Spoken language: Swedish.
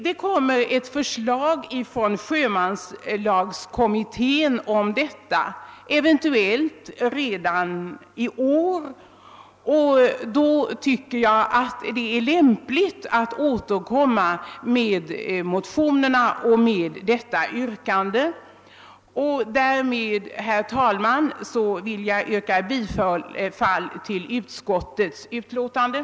Det kan förväntas ett förslag från sjömanslagskommittén om detta, eventuellt redan i år, och då är det enligt min mening lämpligt att återkomma med motionerna och med detta yrkande. Herr talman! Med detta vill jag yrka bifall till utskottets hemställan.